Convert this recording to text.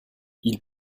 ils